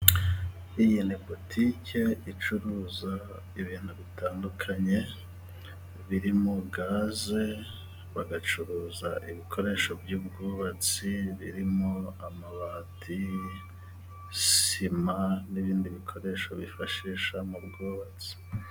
Iyi ni butike icuruza ibintu bitandukanye birimo gaze, bagacuruza ibikoresho by'ubwubatsi birimo amabati, sima n'ibindi bikoresho bifashisha mu bwubatsi.